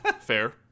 Fair